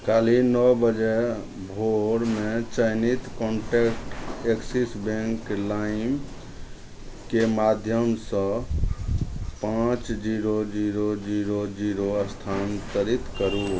काल्हि नओ बजे भोरमे चयनित कॉन्टेक्ट एक्सिस बैंक लाइमके माध्यमसँ पाँच जीरो जीरो जीरो जीरो स्थान्तरित करू